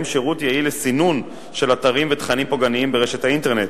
שירות יעיל לסינון של אתרים ותכנים פוגעניים ברשת האינטרנט,